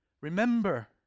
Remember